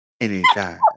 Anytime